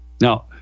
Now